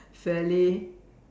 fairly